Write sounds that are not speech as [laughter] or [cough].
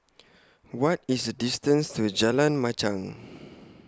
What IS The distance to Jalan Machang [noise]